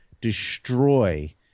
destroy